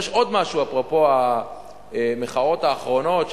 אז יש עוד משהו אפרופו המחאות האחרונות,